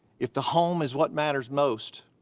if the home is what matters most,